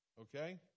Okay